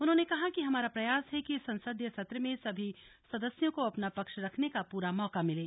उन्होंने कहा कि हमारा प्रयास है कि संसदीय सत्र में सभी सदस्यों को अपना पक्ष रखने का पूरा मौका मिले